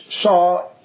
saw